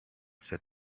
said